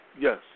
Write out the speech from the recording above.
yes